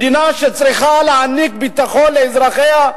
מדינה שצריכה להעניק ביטחון לאזרחיה,